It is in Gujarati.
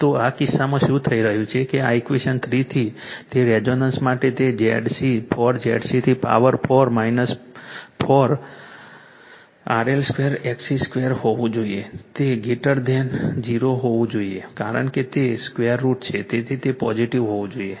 તો આ કિસ્સામાં શું થઈ રહ્યું છે કે આ ઇક્વેશન 3 થી તે રેઝોનન્સ માટે તે ZC 4 4 RL 2 XC 2 હોવું જોઈએ તે 0 હોવું જોઈએ કારણ કે તે 2 √ છે તેથી તે પોઝિટીવ હોવું જોઈએ